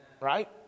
right